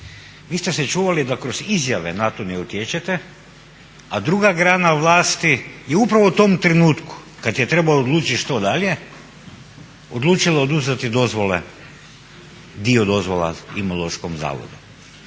Vi ste se čuvali da kroz izjave na to ne utječete, a druga grana vlasti je upravo u tom trenutku kad je trebalo odlučit što dalje odlučila oduzeti dozvole, dio dozvola Imunološkom zavodu.